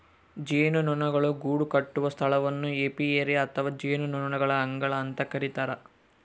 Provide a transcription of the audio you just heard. ಜೇನುನೊಣಗಳು ಗೂಡುಕಟ್ಟುವ ಸ್ಥಳವನ್ನು ಏಪಿಯರಿ ಅಥವಾ ಜೇನುನೊಣಗಳ ಅಂಗಳ ಅಂತ ಕರಿತಾರ